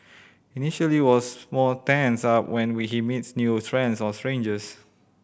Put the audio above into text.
initially was more tensed up when we he meets new friends or strangers